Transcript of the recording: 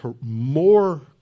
more